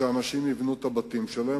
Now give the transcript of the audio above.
שאנשים יבנו את הבתים שלהם,